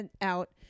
out